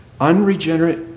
Unregenerate